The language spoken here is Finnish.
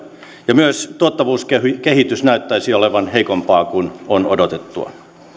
myös tuottavuuskehitys näyttäisi olevan heikompaa kuin on odotettu